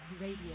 Radio